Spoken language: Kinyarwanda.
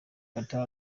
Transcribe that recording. qatar